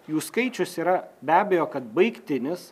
jų skaičius yra be abejo kad baigtinis